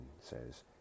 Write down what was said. says